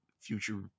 future